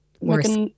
worse